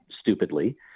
stupidly